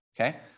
Okay